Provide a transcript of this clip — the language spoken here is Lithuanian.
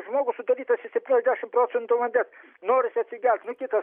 žmogus sudarytas iš septyniasdešim procentų vandens norisi atsigert nu kitas